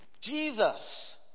Jesus